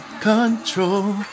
control